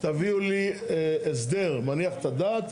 תביאו לי הסדר מניח את הדעת.